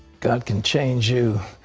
god can change you.